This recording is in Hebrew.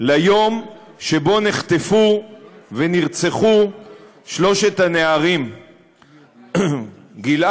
ליום שבו נחטפו ונרצחו שלושת הנערים גיל-עד,